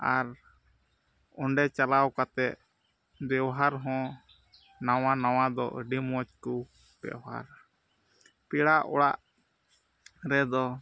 ᱟᱨ ᱚᱸᱰᱮ ᱪᱟᱞᱟᱣ ᱠᱟᱛᱮᱫ ᱵᱮᱣᱦᱟᱨ ᱦᱚᱸ ᱱᱟᱣᱟ ᱱᱟᱣᱟ ᱫᱚ ᱟᱹᱰᱤ ᱢᱚᱡᱽ ᱠᱚ ᱵᱮᱣᱦᱟᱨᱟ ᱯᱮᱲᱟ ᱚᱲᱟᱜ ᱨᱮᱫᱚ